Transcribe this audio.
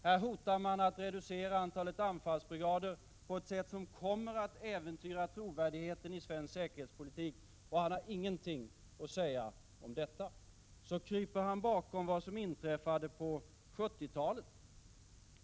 Man hotar att reducera antalet anfallsbrigader på ett sätt som kommer att äventyra trovärdigheten i svensk säkerhetspolitik, och Roine Carlsson har ingenting att säga om detta. Så kryper han bakom vad som inträffade på 1970-talet.